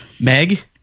Meg